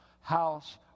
house